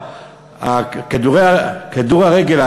הכדורגל,